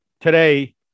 Today